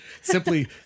simply